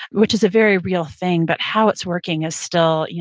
which is a very real thing, but how it's working is still, yeah